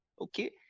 okay